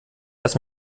lass